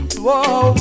Whoa